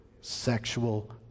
sexual